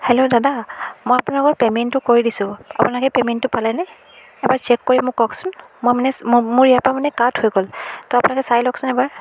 hello দাদা মই আপোনালোকৰ পে'মেণ্টটো কৰি দিছোঁ আপোনালোকে পেমেণ্টটো পালেনে এবাৰ চেক কৰি মোক কওকচোন মই মানে মোৰ মোৰ ইয়াৰ পৰা মানে কাট হৈ গ'ল ত' আপোনালোকে চাই লওকছোন এবাৰ